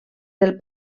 del